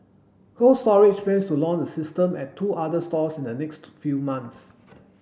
Cold Storage plans to launch the system at two other stores in the next few months